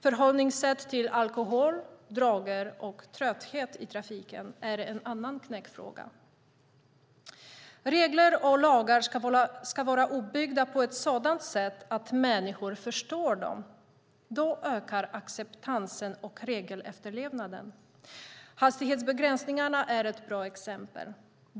Förhållningssätt till alkohol, droger och trötthet i trafiken är en annan knäckfråga. Regler och lagar ska vara uppbyggda på ett sådant sätt att människor förstår dem. Då ökar acceptansen och regelefterlevnaden. Hastighetsbegränsningarna är ett bra exempel.